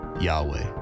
Yahweh